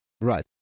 Right